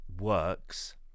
works